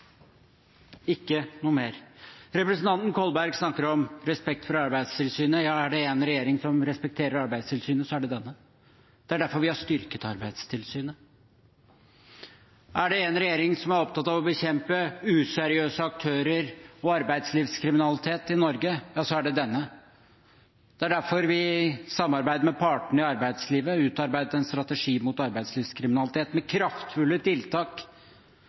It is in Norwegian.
ikke noe mer! Representanten Kolberg snakker om respekt for Arbeidstilsynet. Ja, er det én regjering som respekterer Arbeidstilsynet, så er det denne. Det er derfor vi har styrket Arbeidstilsynet. Er det én regjering som er opptatt av å bekjempe useriøse aktører og arbeidslivskriminalitet i Norge, så er det denne. Det er derfor vi i samarbeid med partene i arbeidslivet har utarbeidet en strategi mot arbeidslivskriminalitet, med kraftfulle tiltak